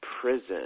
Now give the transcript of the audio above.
prison